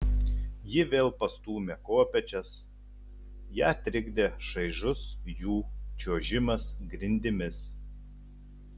ji vėl pastūmė kopėčias ją trikdė šaižus jų čiuožimas grindimis